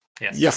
Yes